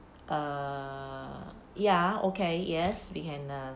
err ya okay yes we can uh